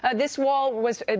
ah this wall was,